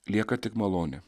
lieka tik malonė